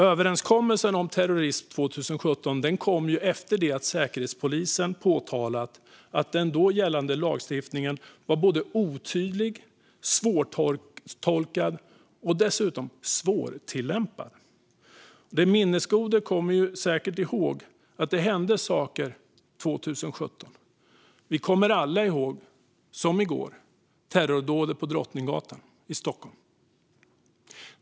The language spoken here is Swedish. Överenskommelsen om terrorism 2017 kom efter det att Säkerhetspolisen påtalat att den då gällande lagstiftningen var både otydlig och svårtolkad och dessutom svårtillämpad. Den minnesgode kommer säkert ihåg att det hände saker 2017. Vi minns alla som i går terrordådet på Drottninggatan här i Stockholm.